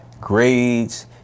grades